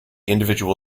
individual